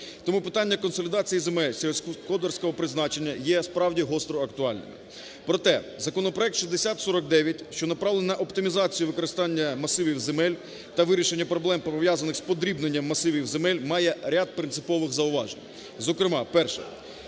Тому питання консолідації земель сільськогосподарського призначення є справді гостро актуальними. Проте законопроект 6049, що направлений на оптимізацію використання масивів земель та вирішення проблем, пов'язаних з подрібленням масивів земель, має ряд принципових зауважень. Зокрема, перше,